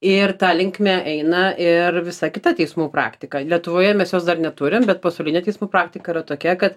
ir ta linkme eina ir visą kitą teismų praktika lietuvoje mes jos dar neturim bet pasaulinė teismų praktika yra tokia kad